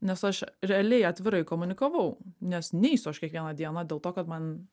nes aš realiai atvirai komunikavau nes neisiu aš kiekvieną dieną dėl to kad man